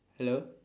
hello